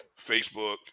Facebook